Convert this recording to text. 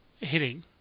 hitting